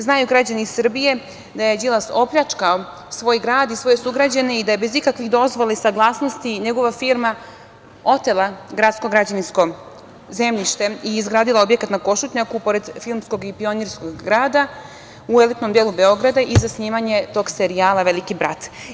Znaju građani Srbije da je Đilas opljačkao svoj grad i svoje sugrađane i da je bez ikakvih dozvola i saglasnosti njegova firma otela gradsko građevinsko zemljište i izgradila objekat na Košutnjaku pored Filmskog i Pionirskog grada, u elitnom delu Beograda, za snimanje tog serijala Veliki brat.